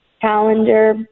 Calendar